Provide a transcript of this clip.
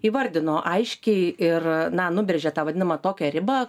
įvardino aiškiai ir na nubrėžė tą vadinamą tokią ribą